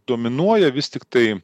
dominuoja vis tiktai